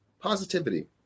positivity